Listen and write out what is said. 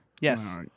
Yes